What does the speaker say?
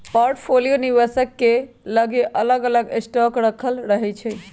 portfolio निवेशक के लगे अलग अलग स्टॉक राखल रहै छइ